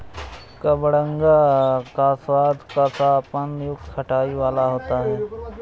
कबडंगा का स्वाद कसापन युक्त खटाई वाला होता है